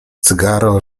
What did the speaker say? cygaro